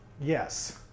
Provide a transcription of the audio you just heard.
Yes